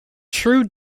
true